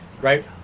right